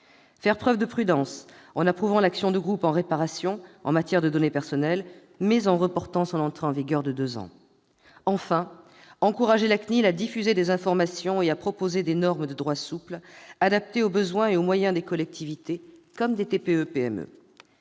faire preuve de prudence, en approuvant l'action de groupe en réparation en matière de données personnelles, mais en reportant son entrée en vigueur de deux ans. Enfin, il a voulu encourager la CNIL à diffuser des informations et à proposer des normes de droit souple adaptées aux besoins et aux moyens des collectivités comme des TPE-PME.